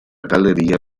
galleria